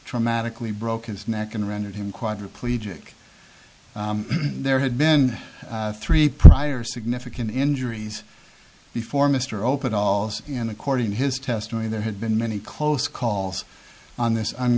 dramatically broke his neck and rendered him quadriplegic there had been three prior significant injuries before mr open all in according to his testimony there had been many close calls on this